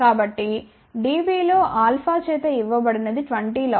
కాబట్టి dB లో alpha చేత ఇవ్వబడినది 20 లాగ్ 10